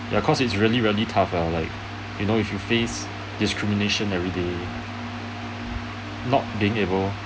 ya cause it's really really tough lah like you know if you face discrimination everyday not being able